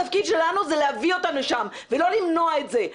התפקיד שלנו הוא להביא אותם לשם ולא למנוע את זה.